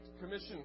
Commission